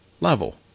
level